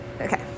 okay